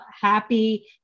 happy